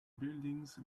buildings